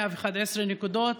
111 נקודות,